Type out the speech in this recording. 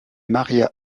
maría